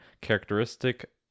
characteristic